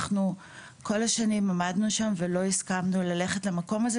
אנחנו כל השנים עמדנו ולא הסכמנו ללכת למקום הזה,